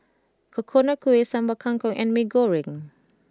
Coconut Kuih Sambal Kangkong and Mee Goreng